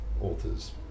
authors